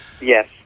Yes